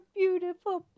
beautiful